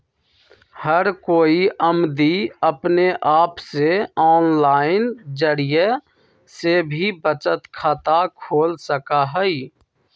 हर कोई अमदी अपने आप से आनलाइन जरिये से भी बचत खाता खोल सका हई